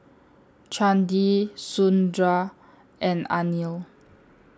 Chandi Sundar and Anil